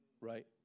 Right